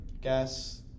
gas